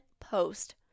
post